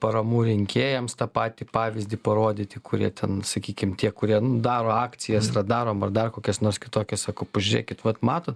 paramų rinkėjams tą patį pavyzdį tie kurie daro akcijas darom ar dar kokias nors kitokias sako pažiūrėkit vat matot